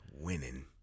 Winning